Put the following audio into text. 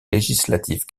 législative